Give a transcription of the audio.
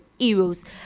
euros